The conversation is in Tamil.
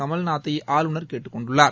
கமல்நாத்தை ஆளுநர் கேட்டுக்கொண்டுள்ளார்